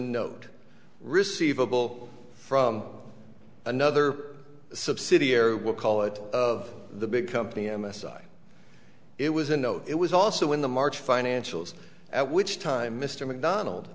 note receivable from another subsidiary we'll call it of the big company m s i it was in no it was also in the march financials at which time mr mcdonald